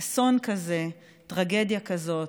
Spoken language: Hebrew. אסון כזה, טרגדיה כזאת,